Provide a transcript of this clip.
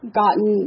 gotten –